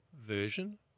version